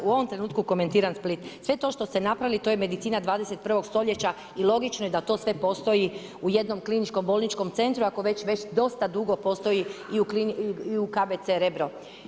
da u ovom trenutku komentiram Split, sve to što ste napravili to je medicina 21 stoljeća i logično je da to sve postoji u jednom kliničkom bolničkom centru, ako već već dosta dugo postoji i u KBC Rebro.